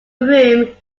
room